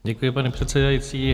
Děkuji, paní předsedající.